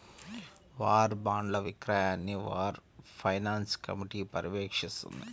war బాండ్ల విక్రయాన్ని war finance committee పర్యవేక్షిస్తుంది